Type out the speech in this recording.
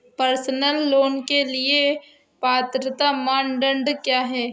Personal loan के लिए पात्रता मानदंड क्या हैं?